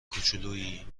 کوچولویی